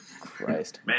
Christ